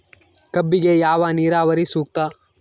ಕಬ್ಬಿಗೆ ಯಾವ ನೇರಾವರಿ ಸೂಕ್ತ?